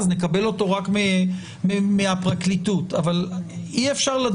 אז צריך גם את החמישית ואולי גם את הרבע כי רוב פסקי